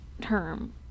term